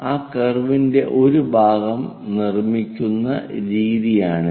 ആ കർവ് ന്റെ ഒരു ഭാഗം നിർമ്മിക്കുന്ന രീതിയാണിത്